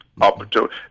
opportunity